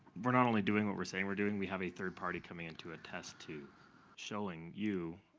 we're not only doing what we're saying we're doing. we have a third party coming in to attest to showing you,